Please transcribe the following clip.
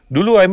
Dulu